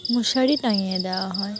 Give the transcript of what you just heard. মশারি টাঙিয়ে দেওয়া হয়